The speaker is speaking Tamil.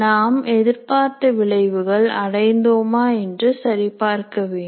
நாம் எதிர்பார்த்த விளைவுகள் அடைந்தோமா என்று சரிபார்க்க வேண்டும்